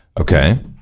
Okay